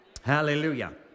Hallelujah